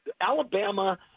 Alabama